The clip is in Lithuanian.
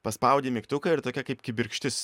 paspaudi mygtuką ir tokia kaip kibirkštis